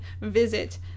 visit